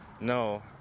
no